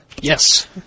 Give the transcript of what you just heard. Yes